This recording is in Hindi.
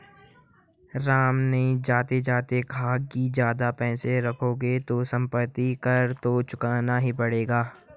राम ने जाते जाते कहा कि ज्यादा पैसे रखोगे तो सम्पत्ति कर तो चुकाना ही पड़ेगा